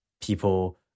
people